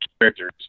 characters